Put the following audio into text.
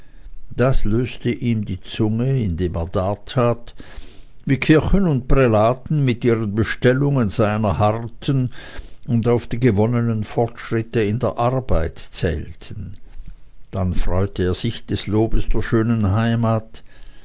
das löste ihm die zunge indem er dartat wie kirchen und prälaten mit ihren bestellungen seiner harrten und auf die gewonnenen fortschritte in der arbeit zählten dann freute er sich des lobes der schönen heimat